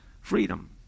freedom